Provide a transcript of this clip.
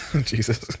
Jesus